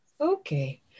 Okay